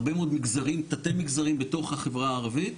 הרבה מאוד מגזרים ותתי מגזרים בתוך החברה הערבית.